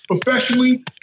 professionally